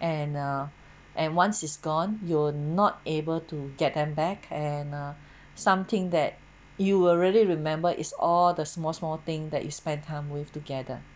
and err and once is gone you will not able to get them back and err something that you will really remember is all the small small thing that you spend time with together